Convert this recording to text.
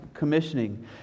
Commissioning